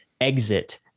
exit